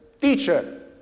Teacher